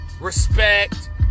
respect